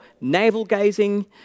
navel-gazing